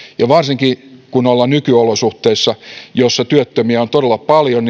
ja varsinkin kun ollaan nykyolosuhteissa joissa työttömiä on todella paljon